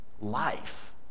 life